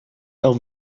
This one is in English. off